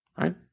right